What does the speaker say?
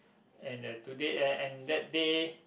and the today and and that day